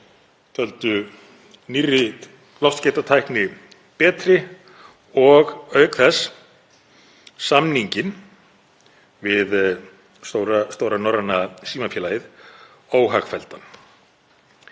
töldu nýrri loftskeytatækni betri og auk þess samninginn við stóra norræna símafélagið óhagfelldan,